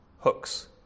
hooks